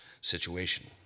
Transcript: situation